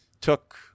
took